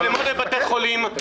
מצלמות בבתי חולים,